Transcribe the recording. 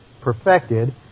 perfected